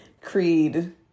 creed